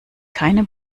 keine